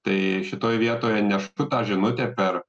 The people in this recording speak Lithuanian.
tai šitoj vietoje nešu tą žinutę per